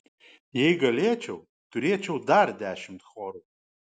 jei galėčiau turėčiau dar dešimt chorų